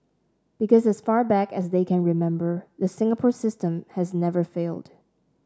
because as far back as they can remember the Singapore system has never failed